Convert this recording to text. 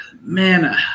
man